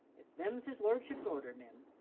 if them's his lordship's orders, mem,